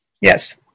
Yes